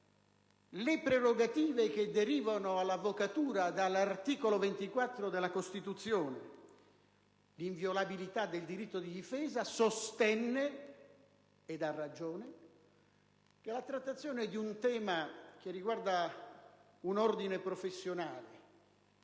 le prerogative che derivano all'avvocatura dall'articolo 24 della Costituzione (l'inviolabilità del diritto di difesa), sostenne, ed a ragione, che un tema che riguarda un ordine professionale